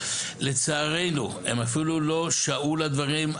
לצערנו הם אפילו לא שהו לדברים,